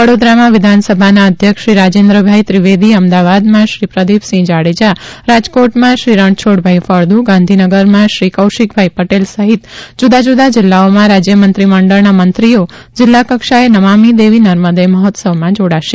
વડોદરામાં વિધાનસભાના અધ્યક્ષ શ્રી રાજેન્દ્રભાઈ ત્રિવેદી અમદાવાદમાં શ્રી પ્રદીપસિંહ જાડેજા રાજકોટમાં શ્રીરણછોડભાઈ ફળદુ ગાંધીનગરમાં શ્રી કૌશિકભાઈ પટેલ સહિત જુદા જુદા જિલ્લાઓમાં રાજ્યમંત્રી મંડળના મંત્રીઓ જિલ્લા કક્ષાએ નમામિ દેવી નર્મદે મહોત્સવમાં જાડાશે